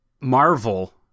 Marvel